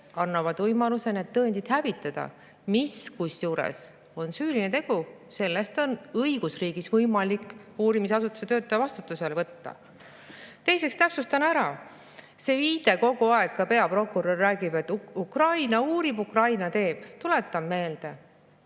annavad võimaluse need tõendid hävitada, mis kusjuures on süüline tegu: selle eest on õigusriigis võimalik uurimisasutuse töötaja vastutusele võtta. Teiseks täpsustan [üht asja]. Kogu aeg viidatakse, ka peaprokurör räägib, et Ukraina uurib, Ukraina teeb. Tuletan meelde,